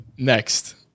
Next